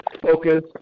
focus